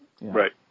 Right